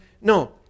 No